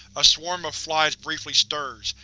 a swarm of flies briefly stirs,